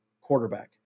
quarterback